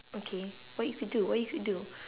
okay what you could do what you could do